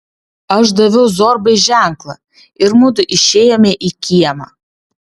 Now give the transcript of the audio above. aš daviau zorbai ženklą ir mudu išėjome į kiemą